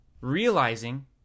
realizing